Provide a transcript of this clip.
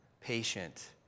Patient